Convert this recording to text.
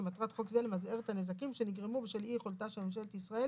שמטרת חוק זה למזער את הנזקים שנגרמו בשל אי-יכולתה של ממשלת ישראל